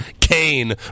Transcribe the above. Kane